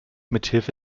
mithilfe